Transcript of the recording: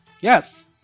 Yes